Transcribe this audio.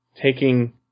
taking